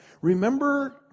remember